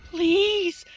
Please